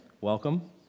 Welcome